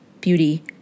beauty